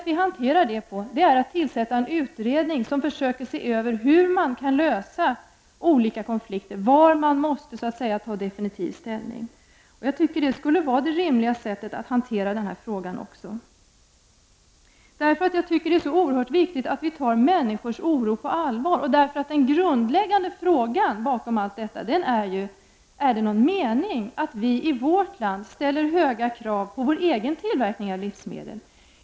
Vi hanterar detta på så sätt att vi tillsätter en utredning, som försöker se över frågan om hur man kan lösa olika konflikter, var man så att säga måste ta definitiv ställning. Jag tycker att det skulle vara det rimliga sättet att hantera även den här frågan. Det är nämligen oerhört viktigt att vi tar människors oro på allvar. Den grundläggande frågan bakom allt detta är om det är någon mening med att vi i vårt land ställer höga krav på vår egen tillverkning av livsmedel.